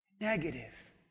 Negative